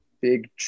Big